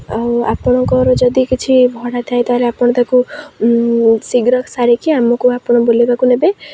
ଆଉ ଆପଣଙ୍କର ଯଦି କିଛି ଭଡା ଥାଏ ତା'ହେଲେ ଆପଣ ତାକୁ ଶୀଘ୍ର ସାରିକି ଆମକୁ ବୁଲାଇବାକୁ ନେବେ